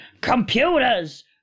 Computers